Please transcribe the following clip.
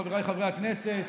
חבריי חברי הכנסת,